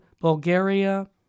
Bulgaria